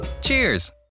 Cheers